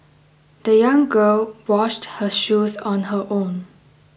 the young girl washed her shoes on her own